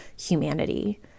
humanity